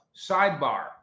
Sidebar